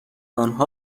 آنها